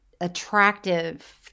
attractive